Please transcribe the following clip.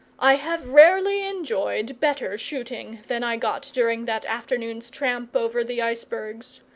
i have rarely enjoyed better shooting than i got during that afternoon's tramp over the icebergs.